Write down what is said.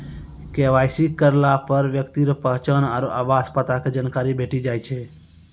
KYC करलापर ब्यक्ति रो पहचान आरु आवास पता के जानकारी भेटी जाय छै